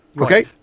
Okay